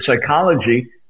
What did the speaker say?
psychology